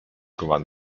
gewann